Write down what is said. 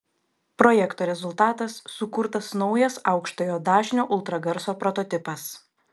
projekto rezultatas sukurtas naujas aukštojo dažnio ultragarso prototipas